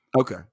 Okay